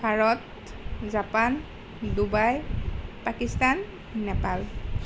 Bharat Japan Dubai Pakistan Nepal